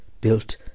built